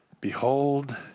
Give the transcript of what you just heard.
behold